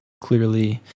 clearly